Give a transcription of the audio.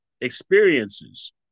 experiences